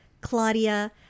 Claudia